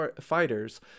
fighters